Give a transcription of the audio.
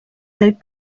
del